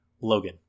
Logan